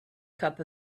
cup